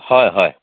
হয় হয়